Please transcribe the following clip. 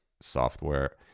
software